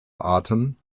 arten